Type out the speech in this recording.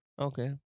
Okay